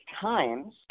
times